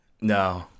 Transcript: No